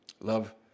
love